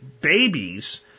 babies